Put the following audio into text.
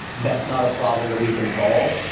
that's not a problem that we can solve.